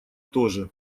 тоже